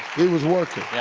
he was workin'.